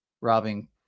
robbing